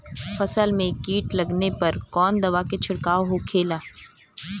फसल में कीट लगने पर कौन दवा के छिड़काव होखेला?